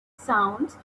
sounds